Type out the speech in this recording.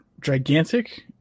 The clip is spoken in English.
gigantic –